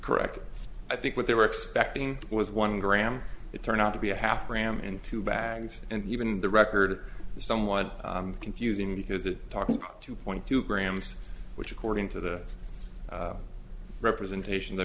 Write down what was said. correct i think what they were expecting was one gram it turned out to be a half ram into bags and even the record is somewhat confusing because it talks about two point two grams which according to the representation